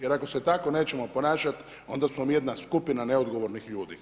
Jer ako se tako nećemo ponašati onda smo mi jedna skupina neodgovornih ljudi.